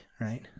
Right